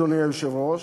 אדוני היושב-ראש,